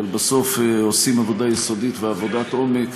אבל בסוף עושים עבודה יסודית ועבודת עומק,